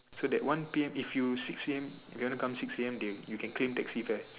so that one P_M if you six A_M if you want to come six A_M they you can claim taxi fare